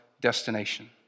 destination